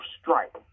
strike